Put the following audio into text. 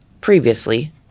previously